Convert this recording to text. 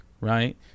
right